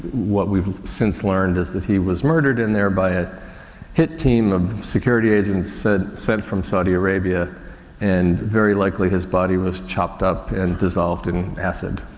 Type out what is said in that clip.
what we've since learned is that he was murdered in there by a hit team of security agents sent, sent from saudi arabia and very likely his body was chopped up and dissolved in acid.